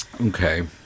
okay